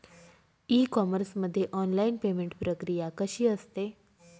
E commerce मध्ये online payment प्रक्रिया कशी असते?